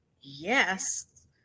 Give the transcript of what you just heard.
yes